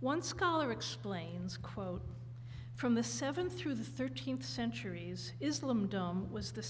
one scholar explains quote from the seventh through the thirteenth centuries islam dome was the